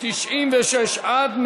96 102,